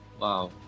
Wow